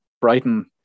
Brighton